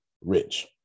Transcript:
Rich